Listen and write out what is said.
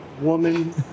woman